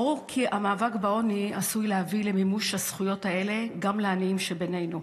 ברור כי המאבק בעוני עשוי להביא למימוש הזכויות האלה גם לעניים שבינינו.